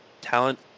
talent